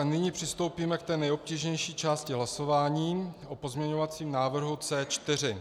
Nyní přistoupíme k té nejobtížnější části hlasování o pozměňovacím návrhu C4.